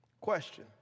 Question